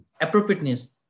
Appropriateness